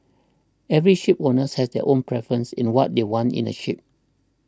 every shipowner has their own preference in what they want in a ship